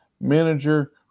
manager